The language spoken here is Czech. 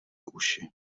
uši